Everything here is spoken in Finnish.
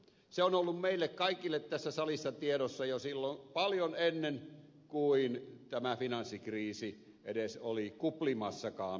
se on ollut meillä kaikilla tässä salissa tiedossa jo silloin paljon ennen kuin tämä finanssikriisi edes oli kuplimassakaan vähän pintaan